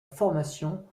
formation